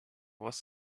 was